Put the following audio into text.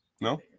no